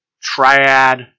triad